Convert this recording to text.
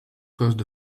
caused